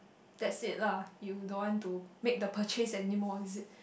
that's it lah you don't want to make the purchase anymore is it